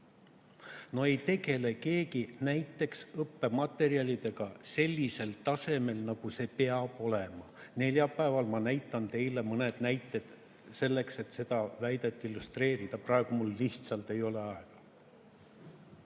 ei tegele keegi näiteks õppematerjalidega sellisel tasemel, nagu see peaks olema. Neljapäeval ma näitan teile mõned slaidid selleks, et seda väidet illustreerida, praegu mul lihtsalt ei ole aega.